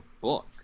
book